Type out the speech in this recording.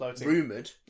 rumoured